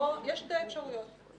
יש שתי אפשרויות.